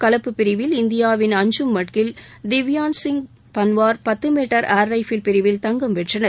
கலப்பு பிரிவில் இந்தியாவின் அஞ்சும் மட்கில் திவ்யான்ஷ் சிங் பன்வார் பத்து மீட்டர் ஏர் ரைஃபிள் பிரிவில் தங்கம் வென்றனர்